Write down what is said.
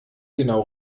genau